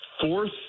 fourth